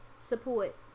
support